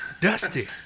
Dusty